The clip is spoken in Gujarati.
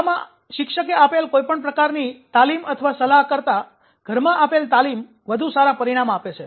શાળામાં શિક્ષકે આપેલ કોઈપણ પ્રકારની તાલીમ અથવા સલાહ કરતાં ઘરમાં આપેલ તાલીમ વધુ સારા પરિણામ આપે છે